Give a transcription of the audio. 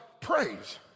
praise